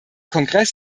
kongress